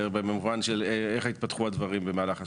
במובן של איך התפתחו הדברים במהלך השנים,